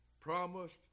Promised